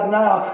now